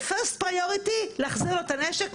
בעדיפות ראשונה להחזיר לו את הנשק,